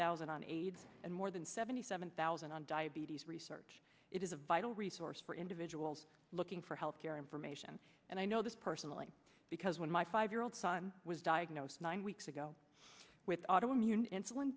thousand on aids and more than seventy seven thousand on diabetes research it is a vital resource for individuals looking for health care information and i know this personally because when my five year old son was diagnosed nine weeks ago with auto immune insulin